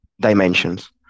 dimensions